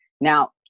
now